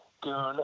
Goon